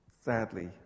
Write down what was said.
sadly